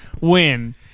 win